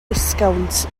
disgownt